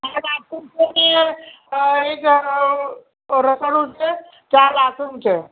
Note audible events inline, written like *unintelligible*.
હા બાથરૂમ છે *unintelligible* એક રસોડું છે ચાર બાથરૂમ છે